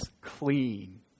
clean